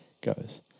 goes